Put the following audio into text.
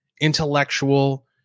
intellectual